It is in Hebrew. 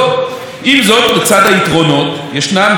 עם זאת, לצד היתרונות ישנם גם סיכונים.